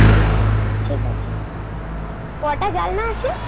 আচ্ছা ঠিক আছে কটা জানলা আছে